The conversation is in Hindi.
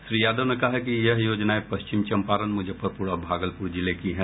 श्री यादव ने कहा कि यह योजनाएं पश्चिम चम्पारण मुजफ्फरपुर और भागलपुर जिले की हैं